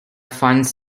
funds